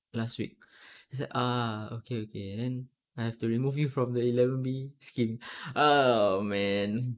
last week then she was like uh okay okay then I have to remove you from the eleven B scheme oh man